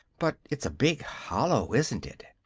but it's a big hollow, isn't it?